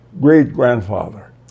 great-grandfather